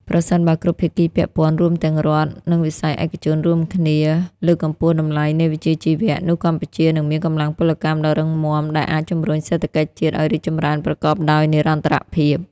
ប្រសិនបើគ្រប់ភាគីពាក់ព័ន្ធ រួមទាំងរដ្ឋ និងវិស័យឯកជន រួមគ្នាលើកកម្ពស់តម្លៃនៃវិជ្ជាជីវៈ នោះកម្ពុជានឹងមានកម្លាំងពលកម្មដ៏រឹងមាំ ដែលអាចជម្រុញសេដ្ឋកិច្ចជាតិឱ្យរីកចម្រើនប្រកបដោយនិរន្តរភាព។